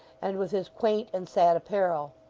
and with his quaint and sad apparel.